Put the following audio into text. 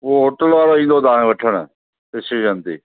उहो होटल वारो ईंदो तव्हां खे वठण स्टेशन ते